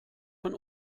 von